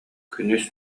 күнүс